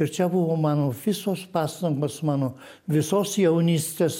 ir čia buvo mano visos pastangos mano visos jaunystės